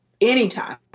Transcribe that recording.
anytime